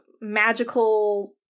magical